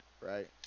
right